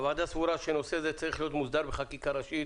הוועדה סבורה שנושא זה צריך להיות מוסדר בחקיקה ראשית,